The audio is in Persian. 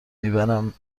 میبرم